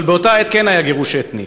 אבל באותה עת כן היה גירוש אתני,